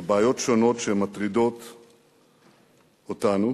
לבעיות שונות שמטרידות אותנו.